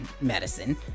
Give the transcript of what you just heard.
medicine